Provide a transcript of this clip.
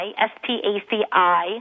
s-t-a-c-i